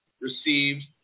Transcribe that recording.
received